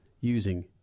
using